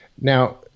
Now